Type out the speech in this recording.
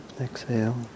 Exhale